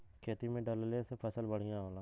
खेती में डलले से फसल बढ़िया होला